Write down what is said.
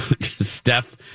Steph